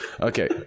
Okay